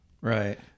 right